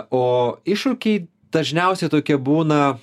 o iššūkiai dažniausiai tokie būna